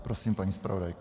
Prosím, paní zpravodajko.